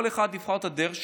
כל אחד יבחר את הדרך שלו.